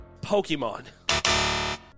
Pokemon